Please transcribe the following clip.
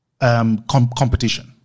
competition